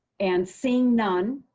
and seeing none.